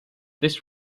this